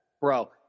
Bro